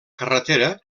carretera